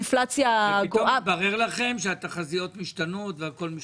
פתאום התברר לכם שהתחזיות משתנות והכול משתנה.